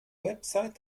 webseite